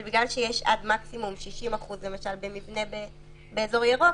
אבל בגלל שיש עד מקסימום 60% למשל במבנה באזור ירוק,